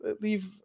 leave